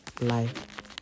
Life